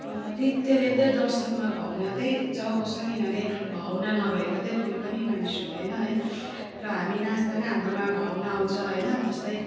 नृत्यले चाहिँ दर्शकमा भावना चाहिँ जगाउँछ किनभने भावना नभएको चाहिँ कोही पनि मानिस हुँदैन है र हामी नाच्दैन हाम्रोमा भावना आउँछ है जस्तै